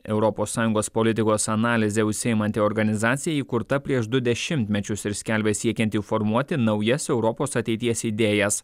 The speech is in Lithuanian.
europos sąjungos politikos analize užsiimanti organizacija įkurta prieš du dešimtmečius ir skelbia siekianti formuoti naujas europos ateities idėjas